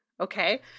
Okay